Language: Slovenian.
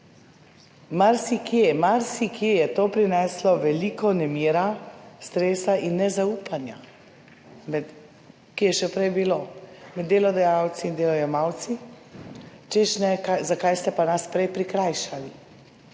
marsikje, marsikje je to prineslo veliko nemira, stresa in nezaupanja med, ki je še prej bilo med delodajalci in delojemalci, češ, ne, zakaj ste pa nas prej prikrajšali.